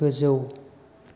गोजौ